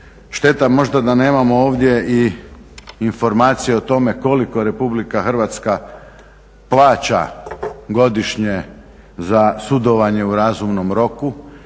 Šteta možda da nemamo ovdje i informacije o tome koliko Republika Hrvatska plaća godišnje za sudovanje u razumnom roku.